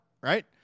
right